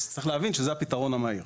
צריך להבין שזה הפתרון המהיר.